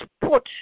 put